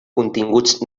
continguts